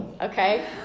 okay